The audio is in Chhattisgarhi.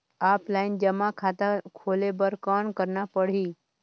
ऑफलाइन जमा खाता खोले बर कौन करना पड़ही?